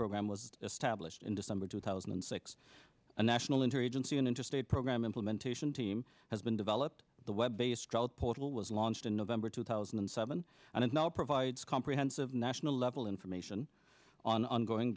program was established in december two thousand and six a national interagency an interstate program implementation team has been developed the web based out portal was launched in november two thousand and seven and is now provides comprehensive national level information on ongoing